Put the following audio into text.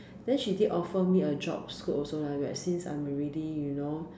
then she did offer me a job scope also lah but since I'm already you know